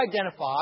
identify